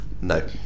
No